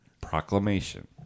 Proclamation